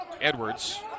Edwards